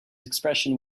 expression